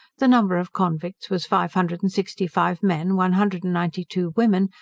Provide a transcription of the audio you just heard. the number of convicts was five hundred and sixty-five men, one hundred and ninety-two women,